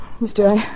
Mister